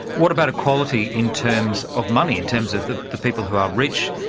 what about equality in terms of money, in terms of the the people who are rich,